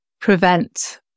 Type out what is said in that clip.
prevent